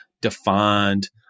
defined